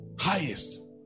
highest